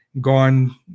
gone